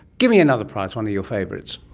give me another prize, one of your favourites.